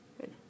Good